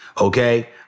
Okay